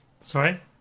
Sorry